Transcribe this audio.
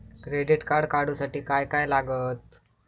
Credit card काढूसाठी काय काय लागत?